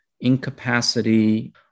incapacity